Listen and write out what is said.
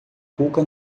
cuca